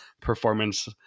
performance